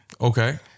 Okay